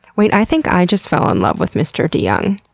wait, i think i just fell in love with mr. deyoung.